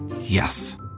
Yes